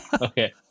Okay